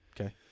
okay